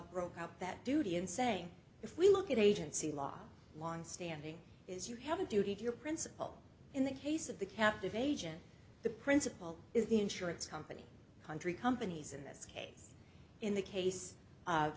broke out that duty in saying if we look at agency law longstanding is you have a duty to your principal in the case of the captive agent the principle is the insurance company country companies in this case in the case of